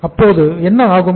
அப்போது என்ன ஆகும்